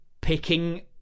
picking